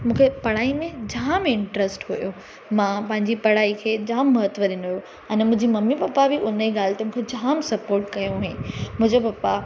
मूंखे पढ़ाई में जामु इंट्र्स्ट हुयो मां पंहिंजी पढ़ाई खे जामु महत्व ॾिनो हुयो अने मुंहिंजी ममी पप्पा बि उन ई ॻाल्हि ते मूंखे जामु सपोट कयो मुंहिंजे पप्पा